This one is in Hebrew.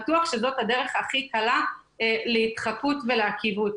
בטוח שזאת הדרך הכי קלה להתחקות ולעקיבות.